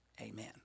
Amen